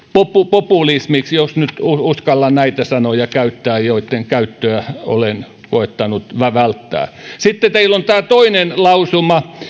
populismiksi jos nyt uskallan näitä sanoja käyttää joitten käyttöä olen koettanut välttää sitten teillä on toinen lausuma